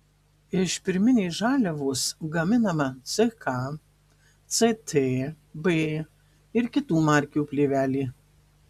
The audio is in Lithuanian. iš pirminės žaliavos gaminama ck ct b ir kitų markių plėvelė